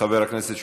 חבר הכנסת שמולי,